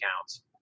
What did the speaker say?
counts